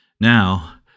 Now